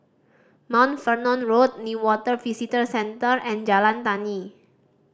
Mount Fernon Road Newater Visitor Centre and Jalan Tani